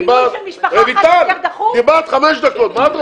מטיל ספק בכך שלהונגרים היה חלק פעיל